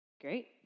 great